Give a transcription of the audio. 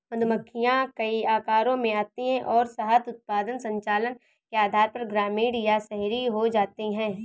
मधुमक्खियां कई आकारों में आती हैं और शहद उत्पादन संचालन के आधार पर ग्रामीण या शहरी हो सकती हैं